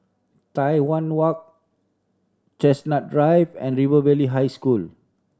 Tai Hwan Walk Chestnut Drive and River Valley High School